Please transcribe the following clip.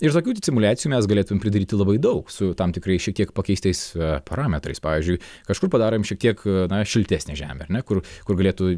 ir tokių simuliacijų mes galėtumėm pridaryti labai daug su tam tikrais šiek tiek pakeistais parametrais pavyzdžiui kažkur padarom šiek tiek na šiltesnę žemę ar ne kur kur galėtų